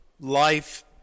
life